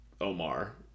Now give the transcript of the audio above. Omar